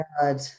God